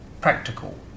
practical